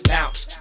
Bounce